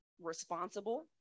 responsible